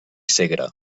segre